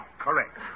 correct